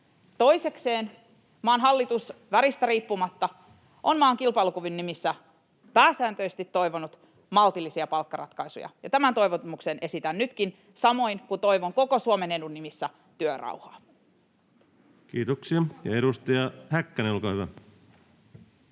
Toisekseen maan hallitus väristä riippumatta on maan kilpailukyvyn nimissä pääsääntöisesti toivonut maltillisia palkkaratkaisuja. Tämän toivomuksen esitän nytkin, samoin kuin toivon koko Suomen edun nimissä työrauhaa. Kiitoksia. — Ja edustaja Häkkänen, olkaa hyvä.